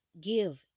give